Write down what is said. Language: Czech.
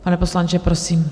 Pane poslanče, prosím.